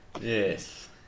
Yes